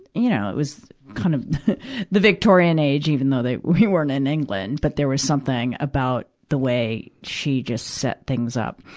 you know, it was kind of the victorian age, even though they, we weren't in england. but there was something about the way she just set things up.